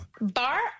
Bar